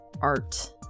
art